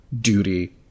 duty